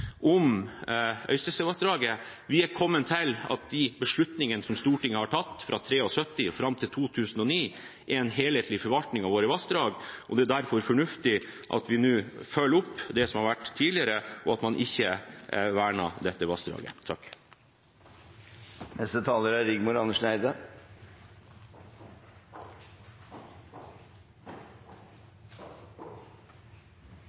om Øystesevassdraget. Vi har kommet til at de beslutningene som Stortinget har tatt, fra 1973 og fram til 2009, er en helhetlig forvaltning av våre vassdrag. Det er derfor fornuftig at vi nå følger opp det som har vært tidligere, og at man ikke verner dette vassdraget. Øystesevassdraget er